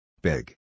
Big